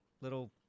little